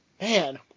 Man